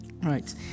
right